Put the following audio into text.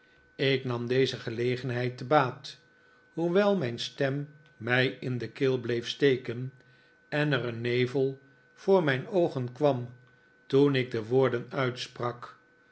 ik nam deze gelegenheid te baat hoewel mijn stem mij in de keel bleef steken en er een nevel voor mijn oogen kwam toen ik de woorden uitsprak